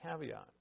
caveat